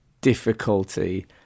difficulty